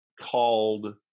called